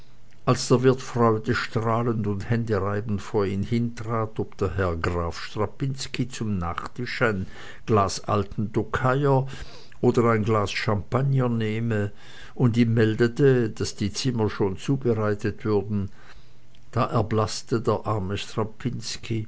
als der wirt freudestrahlend und händereibend vor ihn hintrat und fragte ob der herr graf strapinski zum nachtisch ein glas alten tokaier oder ein glas champagner nehme und ihm meldete daß die zimmer soeben zubereitet würden da erblaßte der arme